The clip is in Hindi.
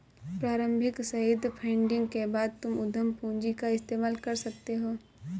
प्रारम्भिक सईद फंडिंग के बाद तुम उद्यम पूंजी का इस्तेमाल कर सकते हो